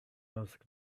asked